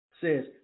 Says